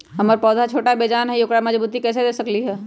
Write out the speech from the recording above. हमर पौधा छोटा बेजान हई उकरा मजबूती कैसे दे सकली ह?